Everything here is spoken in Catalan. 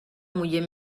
muller